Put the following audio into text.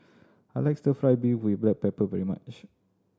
I like Stir Fry beef with black pepper very much